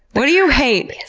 what do you hate,